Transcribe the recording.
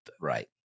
Right